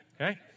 okay